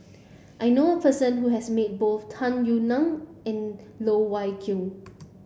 I know a person who has met both Tung Yue Nang and Loh Wai Kiew